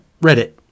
reddit